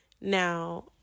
Now